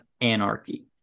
anarchy